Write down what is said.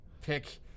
pick